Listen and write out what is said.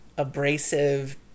abrasive